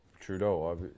trudeau